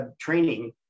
training